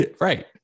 Right